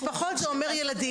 משפחות זה אומר ילדים.